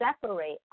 separate